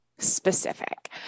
Specific